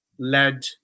led